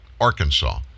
arkansas